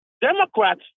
Democrats